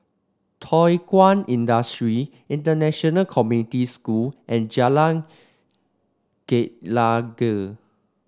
Thow Kwang Industry International Community School and Jalan Gelegar